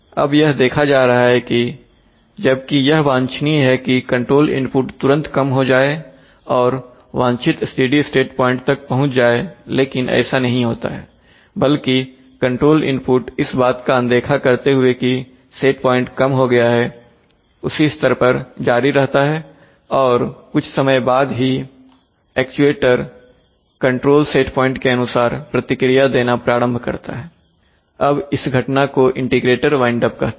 अब यह देखा जा रहा है कि जबकि यह वांछनीय है कि कंट्रोल इनपुट तुरंत कम हो जाए और वांछित स्टेडी स्टेट पॉइंट तक पहुंच जाए लेकिन ऐसा नहीं होता है बल्कि कंट्रोल इनपुट इस बात का अनदेखा करते हुए कि सेट प्वाइंट कम हो गया है उसी स्तर पर जारी रहता है और कुछ समय बाद ही एक्चुएटर कंट्रोल सेट प्वाइंट के अनुसार प्रतिक्रिया देना प्रारंभ करता है अब इस घटना को इंटीग्रेटर विंड अप कहते हैं